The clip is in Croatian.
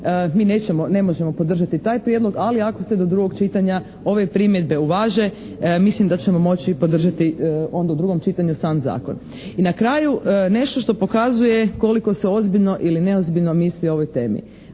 ne možemo podržati taj prijedlog, ali ako se do drugog čitanja ove primjedbe uvaže, mislim da ćemo moći podržati onda u drugom čitanju sam zakon. I na kraju, nešto što pokazuje koliko se ozbiljno ili neozbiljno misli o ovoj temi.